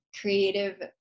creative